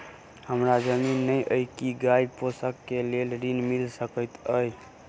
हमरा जमीन नै अई की गाय पोसअ केँ लेल ऋण मिल सकैत अई?